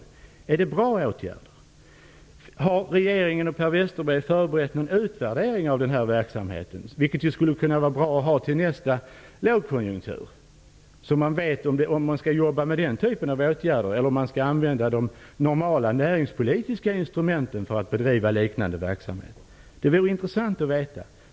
Har Per Westerberg och regeringen i övrigt förberett någon utvärdering av denna verksamhet? Det skulle vara bra att ha till nästa lågkonjunktur, så att man vet om man skall arbeta med den typen av åtgärder eller om man skall använda de normala näringspolitiska instrumenten för att bedriva liknande verksamhet. Det vore intressant att veta.